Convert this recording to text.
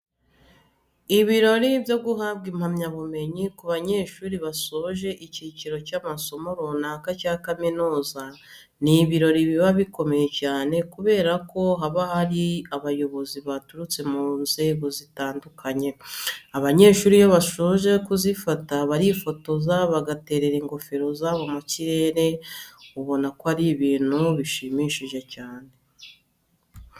Ibirori byo guhabwa impamyabumenyi ku banyeshuri basoje icyiciro cya'amasomo runaka cya kaminuza, ni ibirori biba bikomeye cyane kubera haba hari abayobozi baturutse mu nzego zitandukanye. Abanyeshuri iyo basoje kuzifata barifotoza, bagaterera ingofero zabo mu kirere ubona ko ari abantu bishimye cyane.